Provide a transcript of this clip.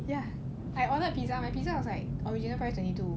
ya I ordered pizza mah pizza was like original price twenty two